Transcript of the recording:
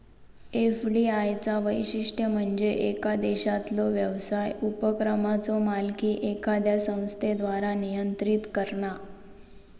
FDI चा वैशिष्ट्य म्हणजे येका देशातलो व्यवसाय उपक्रमाचो मालकी एखाद्या संस्थेद्वारा नियंत्रित करणा